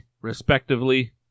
respectively